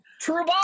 True